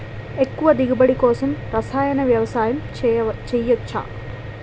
ఎక్కువ దిగుబడి కోసం రసాయన వ్యవసాయం చేయచ్చ?